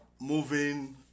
moving